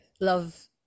love